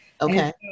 Okay